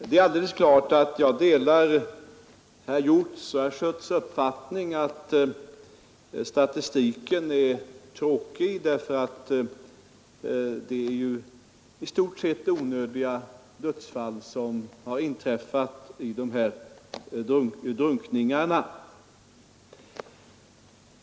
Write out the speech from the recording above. Herr talman! Det är alldeles klart att jag delar herr Hjorths och herr Schötts uppfattning att statistiken är sorglig, eftersom de drunkningsolyckor som inträffat i stort sett är onödiga.